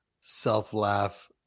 self-laugh